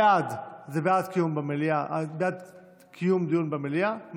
בעד זה בעד קיום דיון במליאה,